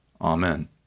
Amen